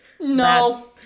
No